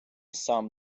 сам